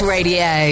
Radio